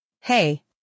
Hey